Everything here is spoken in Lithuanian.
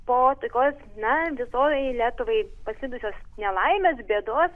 po tokios na visoje lietuvai pasklidusios nelaimės bėdos